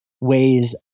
ways